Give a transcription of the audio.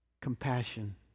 Compassion